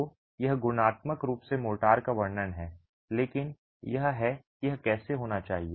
तो यह गुणात्मक रूप से मोर्टार का वर्णन है लेकिन यह है कि यह कैसे होना चाहिए